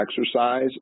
exercise